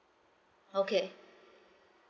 okay